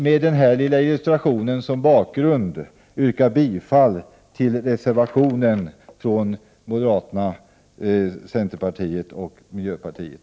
Med denna lilla illustration som bakgrund vill jag yrka bifall till reservationen från moderaterna, centerpartiet och miljöpartiet.